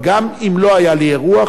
אבל גם אם לא היה לי אירוח,